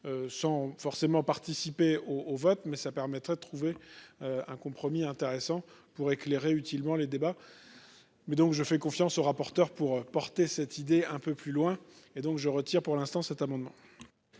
Sans forcément participer au au vote mais ça permettrait de trouver. Un compromis intéressant pour éclairer utilement les débats. Mais donc je fais confiance au rapporteur pour porter cette idée un peu plus loin et donc je retire. Pour l'instant cet amendement.